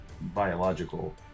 biological